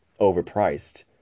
overpriced